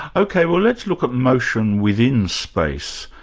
ok, well let's look at motion within space.